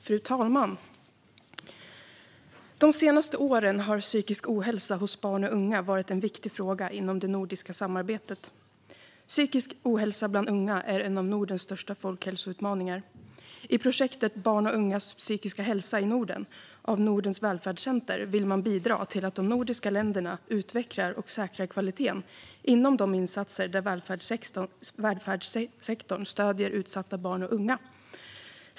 Fru talman! De senaste åren har psykisk ohälsa hos barn och unga varit en viktig fråga inom det nordiska samarbetet. Psykisk ohälsa bland unga är en av Nordens största folkhälsoutmaningar. I projektet Barn och ungas psykiska ohälsa i Norden vid Nordens välfärdscenter vill man bidra till att de nordiska länderna utvecklar och säkrar kvaliteten inom de insatser där välfärdssektorn stöder utsatta barn och unga.